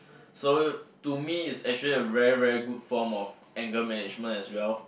so to me is actually a very very good form of anger management as well